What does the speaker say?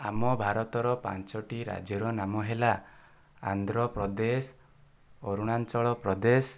ଆମ ଭାରତର ପାଞ୍ଚୋଟି ରାଜ୍ୟର ନାମ ହେଲା ଆନ୍ଧ୍ରପ୍ରଦେଶ ଅରୁଣାଞ୍ଚଳ ପ୍ରଦେଶ